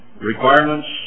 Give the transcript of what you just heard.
requirements